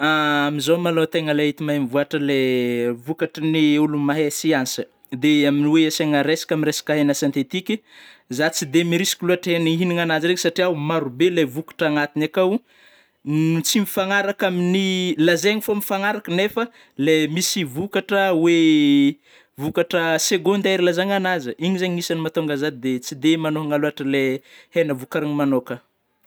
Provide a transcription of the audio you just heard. Amizao malôha tegna le hita me mivoatra lai vokatry ny ôlony mahay siansa, de amin'ny oe asiagna resaka amin'ny hena sentetiky, za tsy de mirisiky loatra e ny ihinagna anazy regny satria maro be le vokatra agnatigny akao no tsy mifagnaraka amin'ny lazaigny fa oe mifagnaraka nefa le misy vokatra oe vokatra secondaire ilazagna anazy, igny zegny matonga za de tsy de manohana loatra le hena vokarigny magnokana.